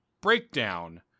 breakdown